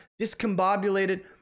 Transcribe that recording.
discombobulated